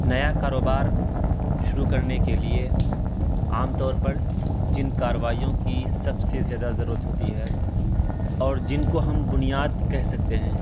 نیا کاروبار شروع کرنے کے لیے عام طور پر جن کاروائیوں کی سب سے زیادہ ضرورت ہوتی ہے اور جن کو ہم بنیاد کہہ سکتے ہیں